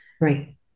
Right